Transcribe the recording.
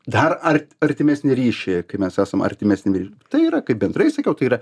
dar ar artimesnį ryšį kai mes esam artimesni tai yra kaip bendrai sakiau tai yra